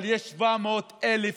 אבל יש 700,000 איש,